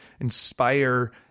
inspire